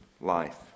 life